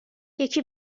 یکی